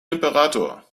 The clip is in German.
imperator